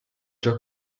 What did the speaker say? già